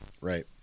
right